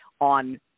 on